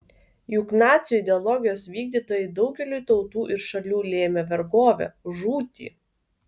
juk nacių ideologijos vykdytojai daugeliui tautų ir šalių lėmė vergovę žūtį